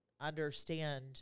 understand